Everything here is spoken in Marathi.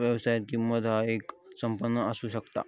व्यवसायात, किंमत ह्या येक संपादन असू शकता